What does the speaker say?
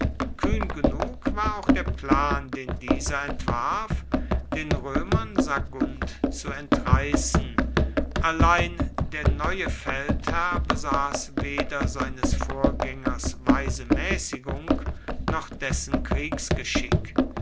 kühn genug war auch der plan den dieser entwarf den römern sagunt zu entreißen allein der neue feldherr besaß weder seines vorgängers weise mäßigung noch dessen